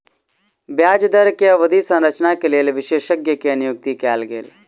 ब्याज दर के अवधि संरचना के लेल विशेषज्ञ के नियुक्ति कयल गेल